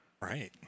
Right